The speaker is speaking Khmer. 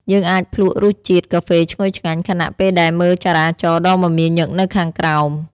យើងអាចភ្លក្សរសជាតិកាហ្វេឈ្ងុយឆ្ងាញ់ ខណៈពេលដែលមើលចរាចរណ៍ដ៏មមាញឹកនៅខាងក្រោម។